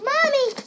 Mommy